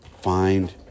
find